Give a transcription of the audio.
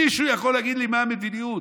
מישהו יכול להגיד לי מהי המדיניות,